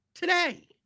Today